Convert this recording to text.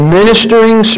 ministering